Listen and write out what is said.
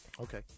Okay